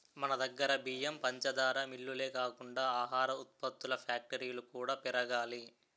మనదగ్గర బియ్యం, పంచదార మిల్లులే కాకుండా ఆహార ఉత్పత్తుల ఫ్యాక్టరీలు కూడా పెరగాలి